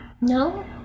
no